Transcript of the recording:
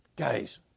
Guys